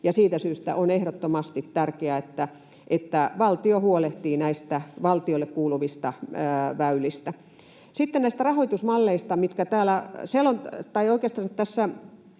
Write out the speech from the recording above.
Siitä syystä on ehdottomasti tärkeää, että valtio huolehtii näistä valtiolle kuuluvista väylistä. Sitten näistä rahoitusmalleista, mitkä oikeastaan tässä